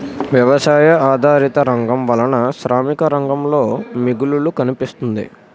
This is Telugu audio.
వ్యవసాయ ఆధారిత రంగం వలన శ్రామిక రంగంలో మిగులు కనిపిస్తుంది